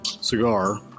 cigar